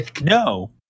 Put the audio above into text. No